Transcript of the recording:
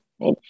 right